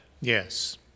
Yes